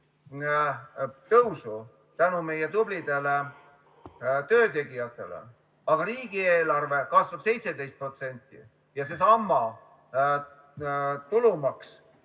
tulnud tänu meie tublidele töötegijatele, aga riigieelarve kasvab 17% ja seesama tulumaksusumma,